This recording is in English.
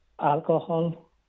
Alcohol